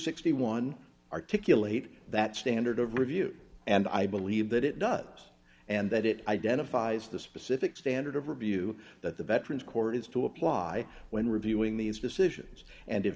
sixty one articulate that standard of review and i believe that it does and that it identifies the specific standard of review that the veterans court has to apply when reviewing these decisions and